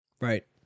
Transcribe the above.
Right